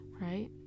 right